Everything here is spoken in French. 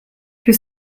que